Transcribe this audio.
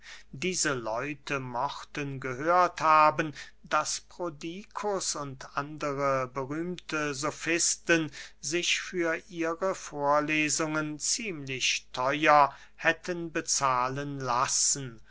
diese leute mochten gehört haben daß prodikus und andere berühmte sofisten sich für ihre vorlesungen ziemlich theuer hätten bezahlen lassen